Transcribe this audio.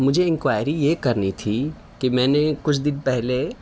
مجھے انکوائری یہ کرنی تھی کہ میں نے کچھ دن پہلے